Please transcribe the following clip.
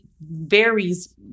varies